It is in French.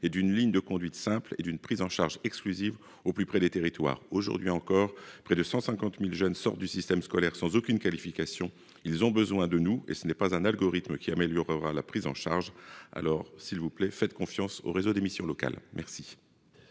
et d'une ligne de conduite simple et d'une prise en charge exclusive au plus près des territoires aujourd'hui encore près de 150.000 jeunes sortent du système scolaire sans aucune qualification. Ils ont besoin de nous et ce n'est pas un algorithme qui améliorera la prise en charge. Alors s'il vous plaît, faites confiance au réseau des missions locales. Merci.